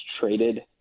traded